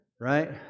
Right